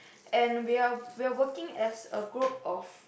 and we are we are working as a group of